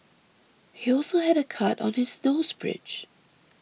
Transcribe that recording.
he also had a cut on his nose bridge